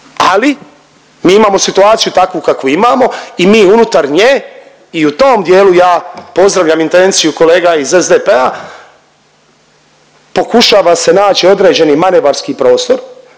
ali mi imamo situaciju takvu kakvu imamo i mi unutar nje i u tom dijelu ja pozdravljam intenciju kolega iz SDP-a, pokušava se naći određeni manevarski prostor